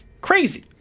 crazy